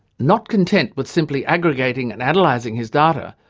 not content with simply aggregating and analysing his data,